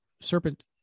serpent